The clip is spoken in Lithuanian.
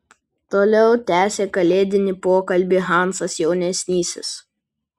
toliau tęsė kalėdinį pokalbį hansas jaunesnysis